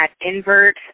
Invert